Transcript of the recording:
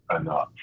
enough